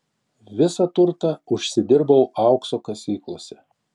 visą turtą užsidirbau aukso kasyklose